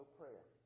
prayer